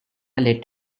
let